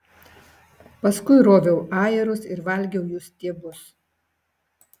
paskui roviau ajerus ir valgiau jų stiebus